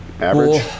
average